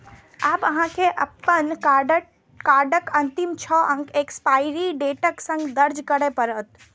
आब अहां के अपन कार्डक अंतिम छह अंक एक्सपायरी डेटक संग दर्ज करय पड़त